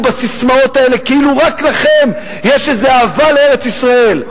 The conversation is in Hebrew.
בססמאות האלה כאילו רק לכם יש איזה אהבה לארץ-ישראל,